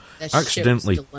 accidentally